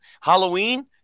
Halloween